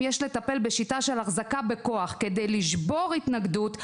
בשיטה של החזקה בכוח כדי לשבור התנגדות,